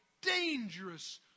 dangerous